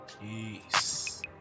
Peace